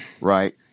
right